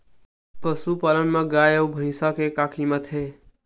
पशुपालन मा गाय अउ भंइसा के का कीमत हे?